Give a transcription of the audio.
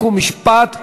התשע"ד 2014,